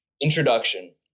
Introduction